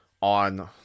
on